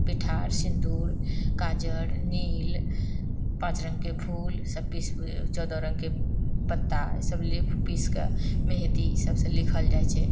पिठार सिन्दूर काजर नील पाँच रङ्गके फूल सभ पीस चौदह रङ्गके पत्ता ई सभ लिप पीसके मेहंदी सभसँ लिखल जाइत छै